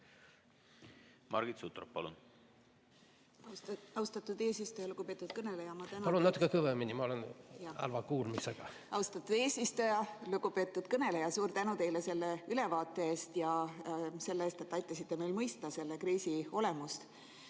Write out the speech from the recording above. Margit Sutrop, palun!